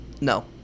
No